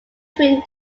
twin